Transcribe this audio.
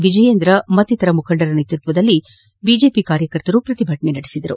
ವಿಜಯೇಂದ್ರ ಮತ್ತಿತರ ಮುಖಂಡರ ನೇತೃತ್ವದಲ್ಲಿ ನೂರಾರು ಬಿಜೆಪಿ ಕಾರ್ಯಕರ್ತರು ಪ್ರತಿಭಟನೆ ನಡೆಸಿದರು